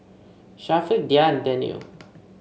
Syafiq Dhia and Daniel